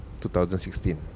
2016